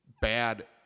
bad